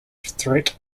threat